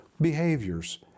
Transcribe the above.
behaviors